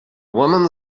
woman